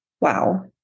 wow